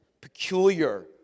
peculiar